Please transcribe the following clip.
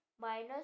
minus